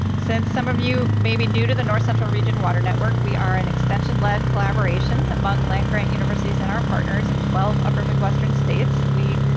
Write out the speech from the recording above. since some of you may be new to the north central region water network, we are an extension-led collaboration among land-grant universities and our partners in twelve upper midwestern states, and we